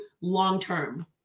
long-term